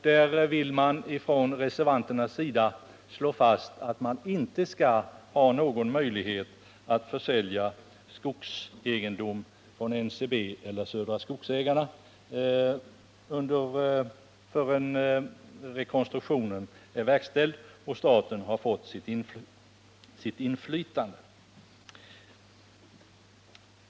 Där vill reservanterna slå fast att det inte skall finnas någon möjlighet att försälja skogsegendom från NCB eller Södra Skogsägarna förrän rekonstruktionerna verkställts och staten har fått sitt inflytande.